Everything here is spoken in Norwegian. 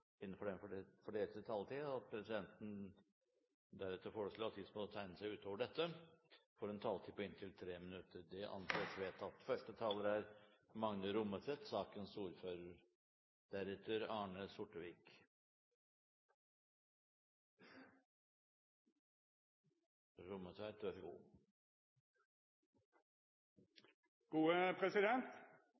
innenfor den fordelte taletid. Videre vil presidenten foreslå at de som måtte tegne seg på talerlisten utover den fordelte taletid, får en taletid på inntil 3 minutter. – Det anses vedtatt. Første taler er